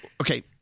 Okay